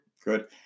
Good